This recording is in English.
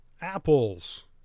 apples